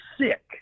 sick